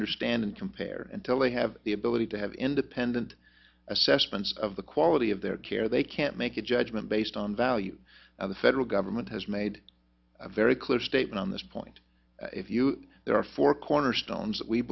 understand and compare until they have the ability to have independent assessments of the quality of their care they can't make a judgment based on value of the federal government has made a very clear statement on this point if you there are four cornerstones